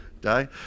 die